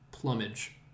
Plumage